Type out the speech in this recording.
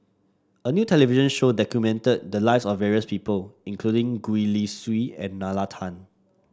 a new television show documented the lives of various people including Gwee Li Sui and Nalla Tan